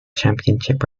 championship